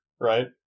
right